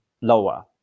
lower